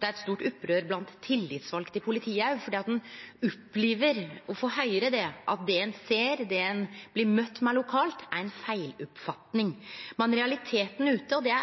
Det er òg eit stort opprør blant dei tillitsvalde i politiet, for ein opplever og får høyre at det ein ser lokalt, det ein blir møtt med lokalt, er ei feiloppfatning. Men realiteten ute – og det